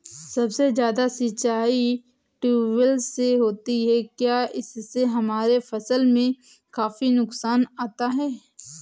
सबसे ज्यादा सिंचाई ट्यूबवेल से होती है क्या इससे हमारे फसल में काफी नुकसान आता है?